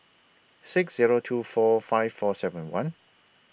six Zero two four five four seven one